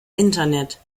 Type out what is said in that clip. internet